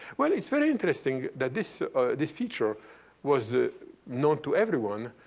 well, it's very interesting that this this feature was known to everyone,